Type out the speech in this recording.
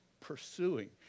pursuing